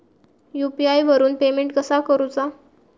UPI वरून payment कसा करूचा?